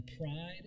pride